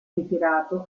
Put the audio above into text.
ritirato